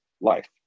life